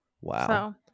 wow